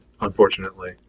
unfortunately